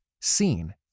seen